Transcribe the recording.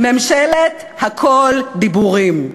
ממשלת הכול דיבורים.